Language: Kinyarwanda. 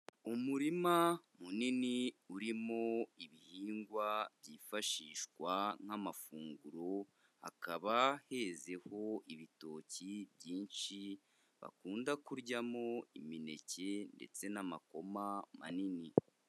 Umurima munini urimo ibihingwa byifashishwa nk'amafunguro, hakaba hizeho ibitoki byinshi bakunda kuryamo imineke ndetse n'amakoma manini.